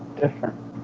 different